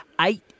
eight